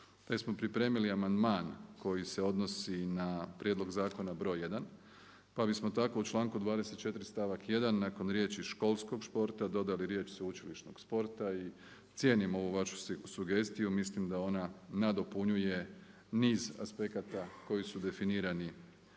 te smo pripremili amandman koji se odnosi na prijedlog zakona br. 1. Pa bismo tako u članku 24. stavak 1. nakon riječi: „školskog športa“ dodali riječ: „sveučilišnog sporta“. I cijenim ovu vašu sugestiju, mislim da ona nadopunjuje niz aspekata koji su definirani